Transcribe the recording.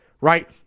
Right